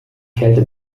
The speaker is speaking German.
kälte